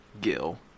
Gil